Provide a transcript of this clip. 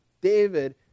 David